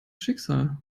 schicksal